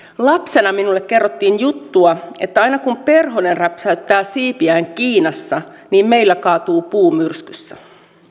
lapsena minulle kerrottiin juttua että aina kun perhonen räpsäyttää siipiään kiinassa niin meillä kaatuu puu myrskyssä